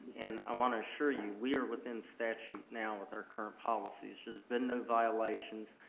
and i wanna assure you, we are within statute now with our current policies. there's been no violations.